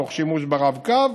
תוך שימוש ברב-קו,